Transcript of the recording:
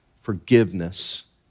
Forgiveness